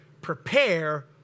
prepare